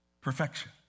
perfection